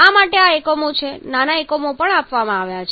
આ માટે આ એકમો છે નાના એકમો પણ આપવામાં આવ્યા છે